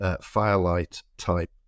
firelight-type